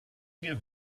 give